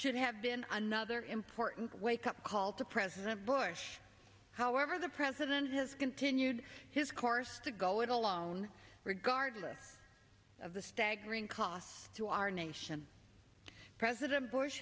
should have been another important wake up call to president bush however the president has continued his course to go it alone regardless of the staggering cost to our nation president bush